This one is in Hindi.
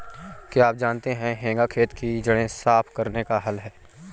क्या आप जानते है हेंगा खेत की जड़ें साफ़ करने का हल है?